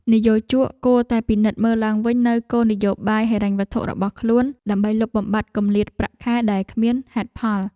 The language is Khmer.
និយោជកគួរតែពិនិត្យមើលឡើងវិញនូវគោលនយោបាយហិរញ្ញវត្ថុរបស់ខ្លួន ដើម្បីលុបបំបាត់គម្លាតប្រាក់ខែដែលគ្មានហេតុផល។